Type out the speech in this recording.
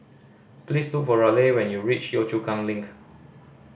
please look for Raleigh when you reach Yio Chu Kang Link